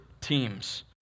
teams